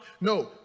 No